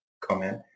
comment